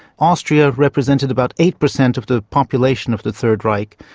austria represented about eight percent of the population of the third reich,